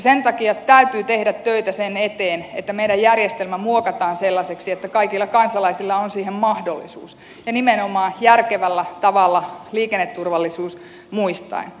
sen takia täytyy tehdä töitä sen eteen että meidän järjestelmä muokataan sellaiseksi että kaikilla kansalaisilla on siihen mahdollisuus ja nimenomaan järkevällä tavalla liikenneturvallisuus muistaen